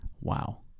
wow